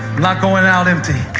not going out empty.